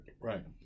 right